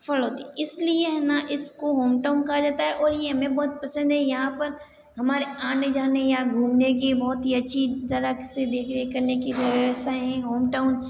फलौदी इसलिए है ना इसको होम टाउन कहा जाता है और ये हमें बहुत पसंद है यहाँ पर हमारे आने जाने या घूमने की बहुत ही अच्छी झलक से देखरेख करने की व्यवस्था हैं होम टाउन